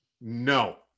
No